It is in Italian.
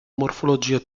morfologia